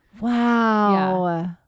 wow